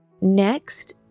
Next